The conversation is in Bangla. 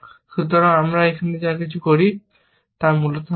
সুতরাং আমরা এখানে যা কিছু করি তা মূলত হবে